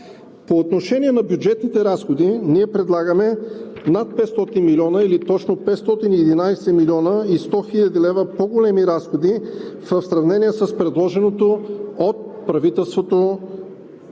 По отношение на бюджетните разходи ние предлагаме над 500 млн. лв. или точно 511 млн. 100 хил. лв. по-големи разходи в сравнение с предложеното от правителството